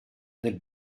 del